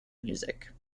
music